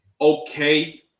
okay